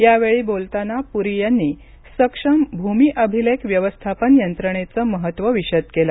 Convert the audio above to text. यावेळी बोलताना पुरी यांनी सक्षम भूमी अभिलेख व्यवस्थापन यंत्रणेचं महत्त्व विषद केलं